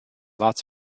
lots